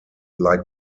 like